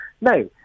no